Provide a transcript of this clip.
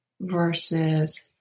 versus